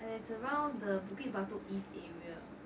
it's around the bukit batok east area